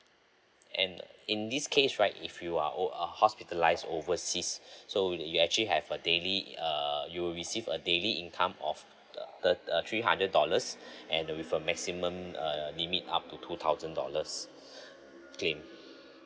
and in this case right if you are o~ uh hospitalised overseas so you actually have a daily err you will receive a daily income of thir~ three hundred dollars and with a maximum err limit up to two thousand dollars claim